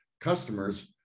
customers